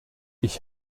ich